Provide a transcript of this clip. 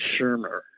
Shermer